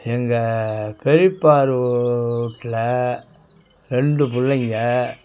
எங்கள் பெரியப்பா வீட்ல ரெண்டு பிள்ளைங்க